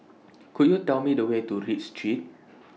Could YOU Tell Me The Way to Read Street